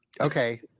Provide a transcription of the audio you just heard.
Okay